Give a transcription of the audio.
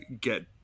get